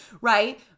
right